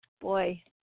Boy